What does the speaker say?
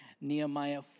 Nehemiah